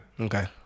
Okay